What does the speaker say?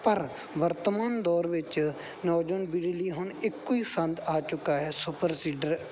ਪਰ ਵਰਤਮਾਨ ਦੌਰ ਵਿੱਚ ਨੌਜਵਾਨ ਬਿਜਲੀ ਹੁਣ ਇੱਕੋ ਹੀ ਸੰਦ ਆ ਚੁੱਕਾ ਹੈ ਸੁਪਰ ਸੀਡਰ